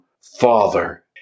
father